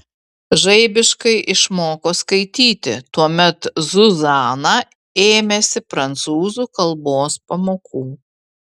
žaibiškai išmoko skaityti tuomet zuzana ėmėsi prancūzų kalbos pamokų